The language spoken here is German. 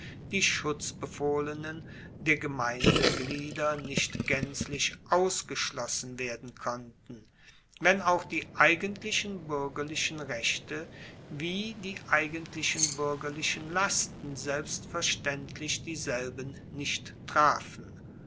die schutzbefohlenen der gemeindeglieder nicht gaenzlich ausgeschlossen werden konnten wenn auch die eigentlichen buergerlichen rechte wie die eigentlichen buergerlichen lasten selbstverstaendlich dieselben nicht trafen